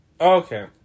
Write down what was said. okay